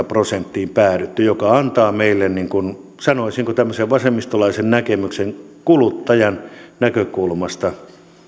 prosenttiin päädytty joka antaa meille sanoisinko tämmöisen vasemmistolaisen näkemyksen kuluttajan näkökulmasta